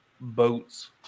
boats